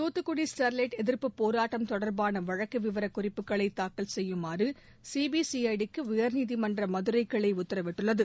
Thoothukudi Sterlite எதிர்ப்பு போராட்டம் தொடர்பான வழக்கு விவரக் குறிப்புகளை தாக்கல் செய்யுமாறு சிபிசிஐடி க்கு உயர்நீதிமன்ற மதுரைக் கிளை உத்தரவிட்டுள்ளது